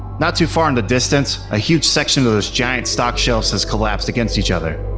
not too far in the distance, a huge section of those giant stock shelves has collapsed against each other.